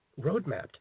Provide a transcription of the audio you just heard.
roadmapped